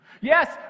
Yes